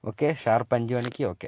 okay sharp അഞ്ച് മണിക്ക് okay ശരി